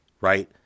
right